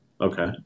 Okay